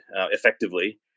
effectively